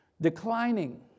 declining